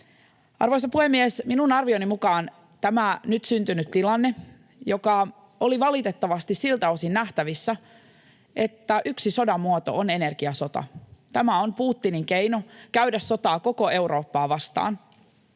Arvoisa puhemies! Minun arvioni mukaan tämä nyt syntynyt tilanne — joka oli valitettavasti siltä osin nähtävissä, että yksi sodan muoto on energiasota — on Putinin keino käydä sotaa koko Eurooppaa vastaan.